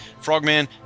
Frogman